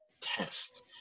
test